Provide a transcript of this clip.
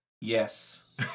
Yes